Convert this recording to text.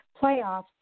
playoffs